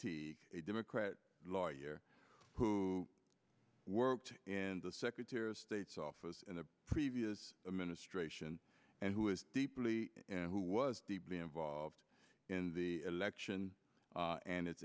t a democrat lawyer who worked in the secretary of state's office in the previous administration and who is deeply who was deeply involved in the election and it